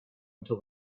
until